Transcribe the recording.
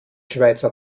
schweizer